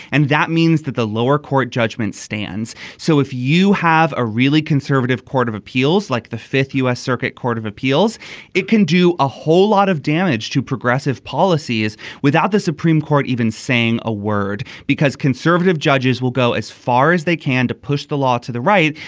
and that means that the lower court judgment stands. so if you have a really conservative court of appeals like the fifth u s. circuit court of appeals it can do a whole lot of damage to progressive policies without the supreme court even saying a word because conservative judges will go as far as they can to push the law to the right.